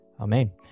Amen